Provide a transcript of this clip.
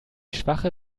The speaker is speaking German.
schwache